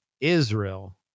Israel